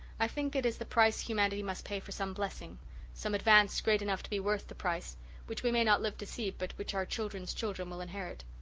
i think it is the price humanity must pay for some blessing some advance great enough to be worth the price which we may not live to see but which our children's children will inherit.